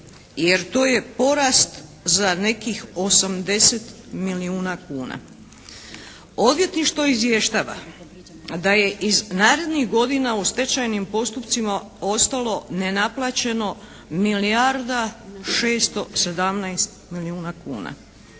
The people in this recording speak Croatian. jer to je porast za nekih 80 milijuna kuna. Odvjetništvo izvještava da je iz narednih godina u stečajnim postupcima ostalo nenaplaćeno milijarda 617 milijuna kuna.